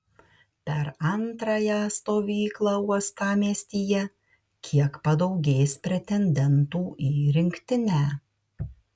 per antrąją stovyklą uostamiestyje kiek padaugės pretendentų į rinktinę